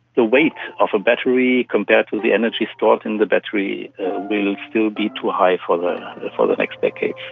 the weight of a battery compared to the energy stored in the battery will still be too high for the for the next decades.